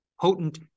potent